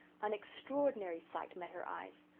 an extraordinary sight met her eyes.